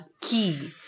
Key